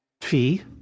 Fee